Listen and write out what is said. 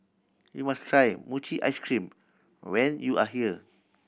you must try mochi ice cream when you are here